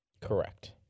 Correct